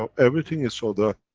um everything is sold ah